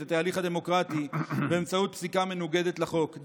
את ההליך הדמוקרטי באמצעות פסיקה מנוגדת לחוק.